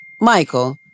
Michael